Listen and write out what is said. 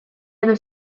edo